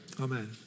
Amen